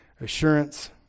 assurance